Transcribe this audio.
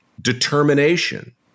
determination